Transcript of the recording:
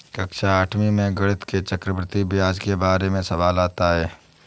कक्षा आठवीं में गणित में चक्रवर्ती ब्याज के बारे में सवाल आता है